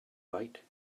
bite